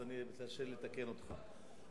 תרשה לי לתקן אותך,